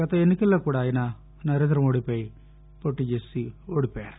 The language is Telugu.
గత ఎన్నికల్లో కూడా ఆయన నరేందమోదీపై పోటీ చేసి ఓడిపోయారు